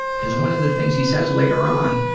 because one of the things he says later on